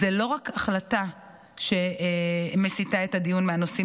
זאת לא רק החלטה שמסיטה את הדיון מהנושאים